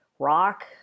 rock